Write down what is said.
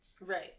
Right